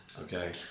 Okay